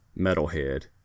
Metalhead